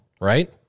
right